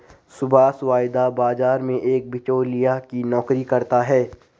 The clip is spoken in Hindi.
सुभाष वायदा बाजार में एक बीचोलिया की नौकरी करता है